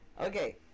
Okay